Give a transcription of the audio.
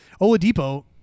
Oladipo